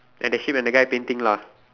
and the sheep and the guy painting lah